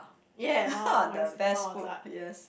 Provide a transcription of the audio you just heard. yes Muar oh-my-god shit Muar Otak